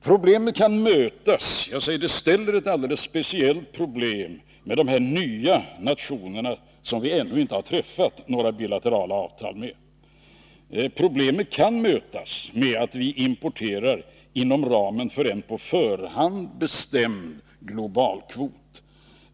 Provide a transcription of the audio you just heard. Det uppstår alldeles speciella problem med de här nya nationerna som vi ännu inte har träffat några bilaterala avtal med. Problemen kan mötas med att vi importerar inom ramen för en på förhand bestämd globalkvot.